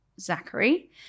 Zachary